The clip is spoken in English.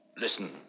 listen